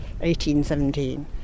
1817